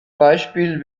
beispiel